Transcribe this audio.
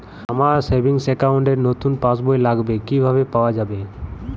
আমার savings account র নতুন পাসবই লাগবে, কিভাবে পাওয়া যাবে?